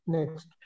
Next